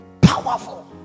powerful